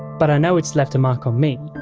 but i know it's left a mark on me,